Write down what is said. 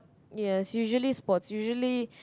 ya usually sports usually